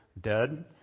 dead